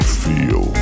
feel